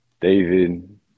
David